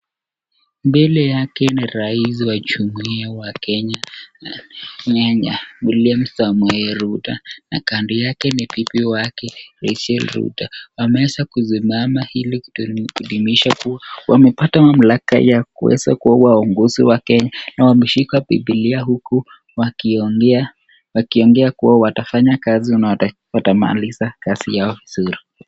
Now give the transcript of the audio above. Mbele yake ni rais wa jumuia wa Kenya, William Samoei Ruto, na kando yake ni bibi wake, Rachel Ruto. Wameweza kusimama ili kudumisha kuwa wamepata mamlaka ya kuweza kuwa waongozi wa Kenya na wameshika Biblia huku wakiongea, wakiongea kuwa watafanya kazi wataimaliza kazi yao vizuri.